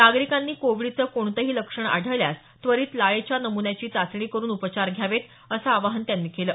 नागरिकांनी कोविडचं कोणतंही लक्षण आढळल्यास त्वरित लाळेच्या नम्न्याची चाचणी करून उपचार घ्यावेत असं आवाहन त्यांनी केलं